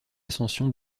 ascension